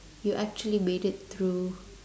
you actually made it through